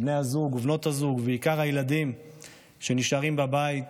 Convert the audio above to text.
בני הזוג ובנות הזוג ובעיקר הילדים שנשארים בבית.